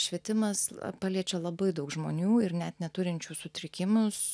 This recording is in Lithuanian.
švietimas paliečia labai daug žmonių ir net neturinčių sutrikimus